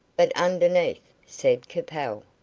but underneath, said capel.